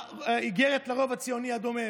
האיגרת לרוב הציוני הדומם.